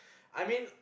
I mean